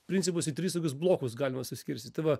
principus į tris tokius blokus galima suskirstyt tai va